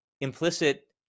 implicit